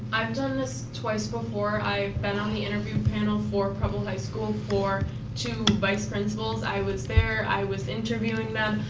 i've done this twice before. i've been on the interview panel for preble high school for two vice principals. i was there, i was interviewing them.